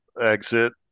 exit